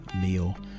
meal